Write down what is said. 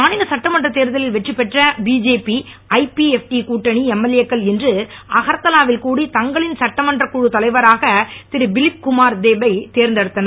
மாநில சட்டமன்றத் தேர்தலில் வெற்றி பெற்ற பிஜேபி ஐபிஎப்டி கூட்டணி எம்எல்ஏ க்கள் இன்று அகர்தலா வில் கூடி தங்களின் சட்டமன்றக் குழுத் தலைவராக திருபிப்லப் குமார் தேப் பை தேர்ந்தெடுத்தனர்